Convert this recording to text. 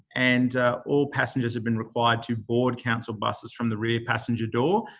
and all passengers have been required to board council buses from the rear passenger door,